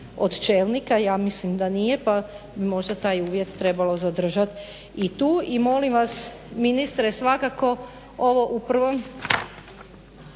od čelnika, ja mislim da nije, pa bi možda taj uvjet trebalo zadržati i tu. I molim vas ministre, svakako ovo u prvom,